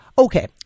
Okay